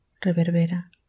reverbera